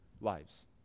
lives